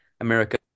America